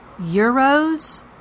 euros